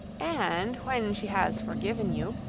and when she has forgiven you,